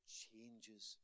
changes